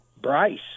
Bryce